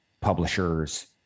publishers